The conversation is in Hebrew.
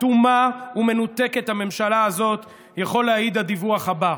אטומה ומנותקת הממשלה הזאת יכול להעיד הדיווח הבא: